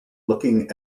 looking